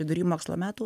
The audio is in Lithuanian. vidury mokslo metų